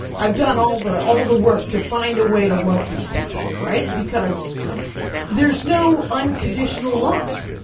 i've done all the all the work to find a way to love these people. right? because there's no unconditional love.